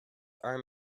arm